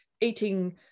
eating